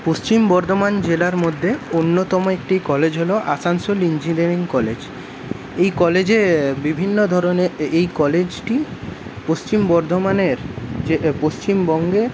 পশ্চিম বর্ধমান জেলার মধ্যে অন্যতম একটি কলেজ হল আসানসোল ইঞ্জিনিয়ারিং কলেজ এই কলেজে বিভিন্ন ধরণের এই কলেজটি পশ্চিম বর্ধমানের পশ্চিমবঙ্গে